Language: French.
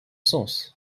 sens